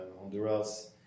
honduras